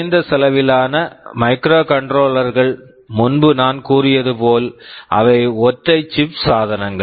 குறைந்த செலவிலான microcontroller microcontroller கள் முன்பு நான் கூறியது போல அவை ஒற்றை சிப் chip சாதனங்கள்